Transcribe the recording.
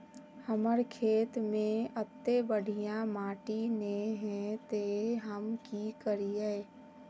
हमर खेत में अत्ते बढ़िया माटी ने है ते हम की करिए?